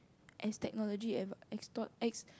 as technology ad~ extort